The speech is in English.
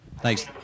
Thanks